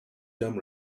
dumb